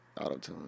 autotune